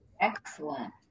Excellent